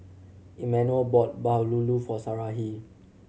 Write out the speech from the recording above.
Emanuel bought bahulu for Sarahi